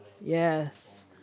yes